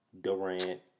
Durant